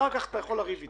אחר כך אתה יכול לריב אתם.